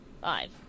five